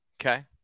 okay